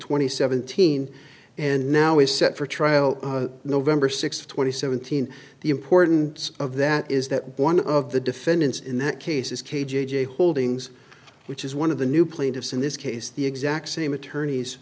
and seventeen and now is set for trial nov sixth twenty seventeen the importance of that is that one of the defendants in that case is k j j holdings which is one of the new plaintiffs in this case the exact same attorneys